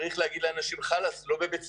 צריך להגיד לאנשים: חאלס, לא בבית ספרנו.